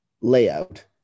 layout